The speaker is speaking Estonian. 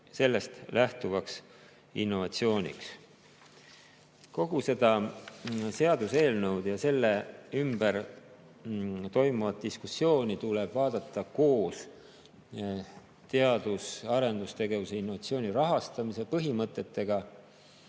sellest lähtuvaks innovatsiooniks. Kogu seda seaduseelnõu ja selle ümber toimuvat diskussiooni tuleb vaadata koos teadus- ja arendustegevuse ning innovatsiooni rahastamise põhimõtetega,